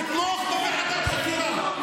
תתמוך בוועדת חקירה.